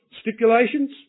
stipulations